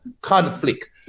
conflict